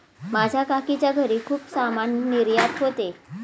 माझ्या काकीच्या घरी खूप सामान निर्यात होते